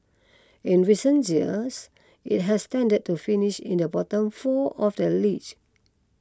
in recent years it has tended to finish in the bottom four of the league